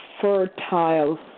fertile